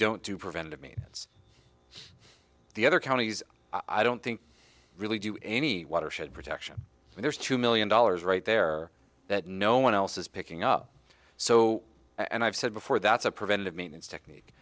don't do preventive maintenance the other counties i don't think really do any water should protection and there's two million dollars right there that no one else is picking up so and i've said before that's a preventive maintenance technique